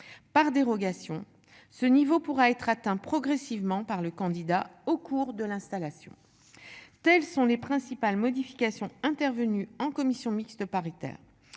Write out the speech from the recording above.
par dérogation ce niveau pourra être atteint progressivement par le candidat au cours de l'installation. Telles sont les principales modifications intervenues en commission mixte paritaire.